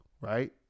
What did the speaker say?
right